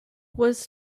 was